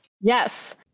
Yes